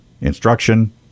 instruction